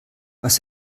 was